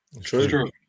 True